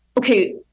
Okay